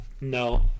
No